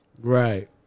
Right